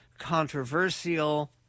controversial